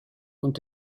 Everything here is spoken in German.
und